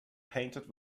painted